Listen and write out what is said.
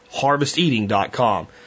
HarvestEating.com